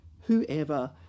whoever